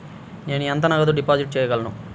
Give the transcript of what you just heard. నేను ఎంత నగదు డిపాజిట్ చేయగలను?